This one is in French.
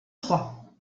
trois